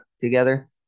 together